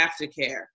aftercare